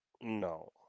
No